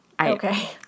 Okay